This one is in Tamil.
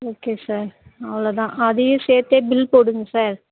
ஓகே சார் அவ்வளோ தான் அதையும் சேர்த்தே பில் போடுங்கள் சார்